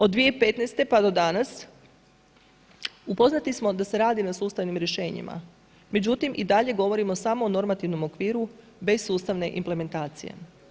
Od 2015. pa do danas upoznati smo da se radi na sustavnim rješenjima, međutim i dalje govorimo samo o normativnom okviru bez sustavne implementacije.